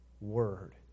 Word